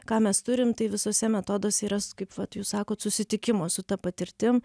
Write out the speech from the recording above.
ką mes turim tai visuose metoduose yra s kaip vat jūs sakot susitikimo su ta patirtim